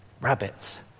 rabbits